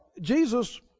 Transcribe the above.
Jesus